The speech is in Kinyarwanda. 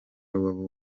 rubavu